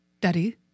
Daddy